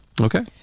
Okay